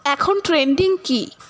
এখন ট্রেন্ডিং কী